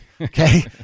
Okay